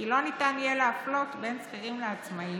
כי לא ניתן יהיה להפלות בין שכירים לעצמאים